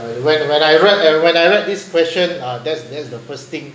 when when I read ah when I read this question ah that's that's the first thing